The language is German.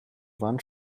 wand